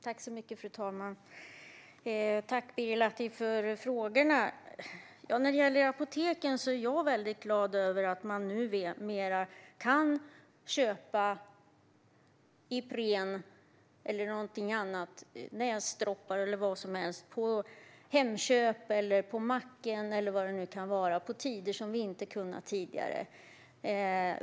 Fru talman! Tack, Birger Lahti, för frågorna! När det gäller apoteken är jag väldigt glad över att vi numera kan köpa Ipren, näsdroppar och annat på Hemköp, på macken eller var det nu kan vara på tider som vi inte kunnat tidigare.